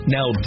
Now